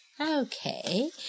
Okay